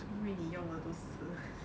因为你用了都是